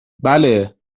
بله